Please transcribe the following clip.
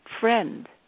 friend